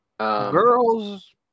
Girls